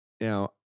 Now